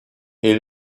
est